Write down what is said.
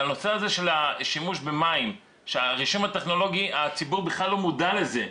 על הנושא של השימוש במים שהציבור בכלל לא מודע לזה,